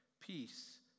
Peace